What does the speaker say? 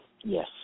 Yes